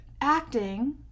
acting